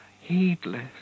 heedless